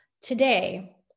today